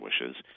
wishes